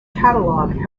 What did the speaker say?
catalogue